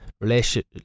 relationship